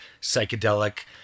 psychedelic